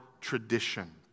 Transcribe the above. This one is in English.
tradition